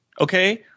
okay